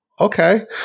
okay